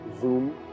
Zoom